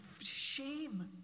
shame